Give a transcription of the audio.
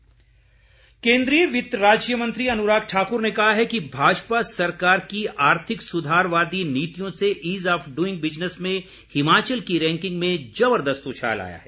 अनुराग ठाकुर केन्द्रीय वित्त राज्य मंत्री अनुराग ठाकुर ने कहा है कि भाजपा सरकार की आर्थिक सुधारवादी नीतियों से ईज़ ऑफ डूइंग बिजनेस में हिमाचल की रैंकिंग में जबरदस्त उछाल आया है